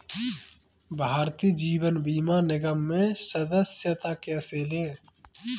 भारतीय जीवन बीमा निगम में सदस्यता कैसे लें?